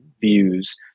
views